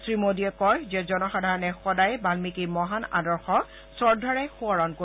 শ্ৰীমোদীয়ে কয় যে জনসাধাৰণে সদায়েই বান্মিকীৰ মহান আদৰ্শক শ্ৰদ্ধাৰে সোঁৱৰণ কৰিব